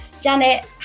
Janet